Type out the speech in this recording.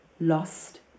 Lost